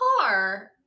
car